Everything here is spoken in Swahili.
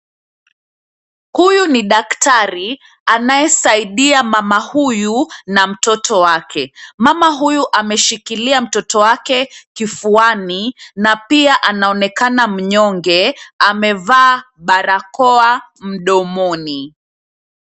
Huyu ni daktari anayesaidia mama huyu na mtoto wake. Mama huyu ameshikilia mtoto wake kifuani, na pia anaonekana mnyonge. Amevaa barakoa mdomoni.